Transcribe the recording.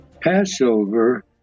Passover